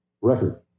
Record